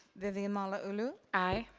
vivian malauulu? aye.